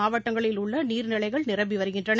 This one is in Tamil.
மாவட்டங்களில் உள்ள நீர்நிலைகள் நிரம்பி வருகின்றன